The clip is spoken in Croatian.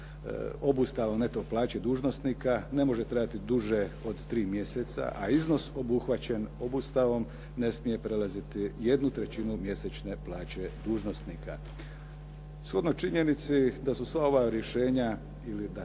obustave neto plaće dužnosnika ne može trajati duže od 3 mjeseca, a iznos obuhvaćen obustavom ne smije prelaziti jednu trećinu mjesečne plaće dužnosnika. Shodno činjenici da su sva ova rješenja ili da